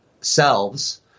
selves